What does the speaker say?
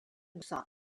busan